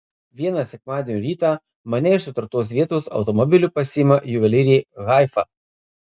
vieną sekmadienio rytą mane iš sutartos vietos automobiliu pasiima juvelyrė haifa